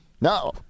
No